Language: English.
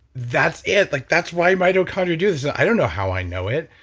that's it, like that's why mitochondria do this, i don't know how i know it,